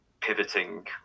pivoting